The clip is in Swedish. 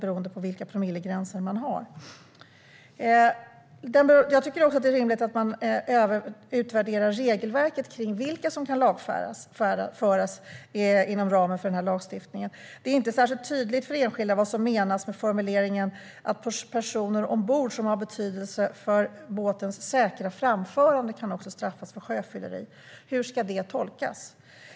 Jag tycker också att det är rimligt att man utvärderar regelverket kring vilka som kan lagföras inom ramen för den här lagstiftningen. Det är inte särskilt tydligt för enskilda vad som menas med formuleringen att personer ombord som har betydelse för båtens säkra framförande också kan straffas för sjöfylleri. Hur ska det tolkas?